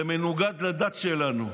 זה מנוגד לדת שלנו.